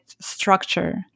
structure